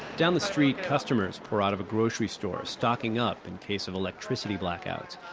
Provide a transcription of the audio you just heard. down the street, customers pour out of a grocery store, stocking up in case of electricity blackouts.